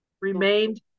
remained